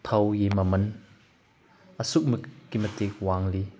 ꯊꯥꯎꯒꯤ ꯃꯃꯟ ꯑꯁꯨꯛꯀꯤ ꯃꯇꯤꯛ ꯋꯥꯡꯂꯤ